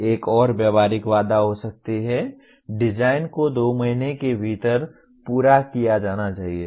एक और व्यावहारिक बाधा हो सकती है डिजाइन को दो महीने के भीतर पूरा किया जाना चाहिए